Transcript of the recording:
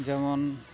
ᱡᱮᱢᱚᱱ